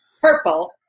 Purple